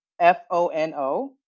F-O-N-O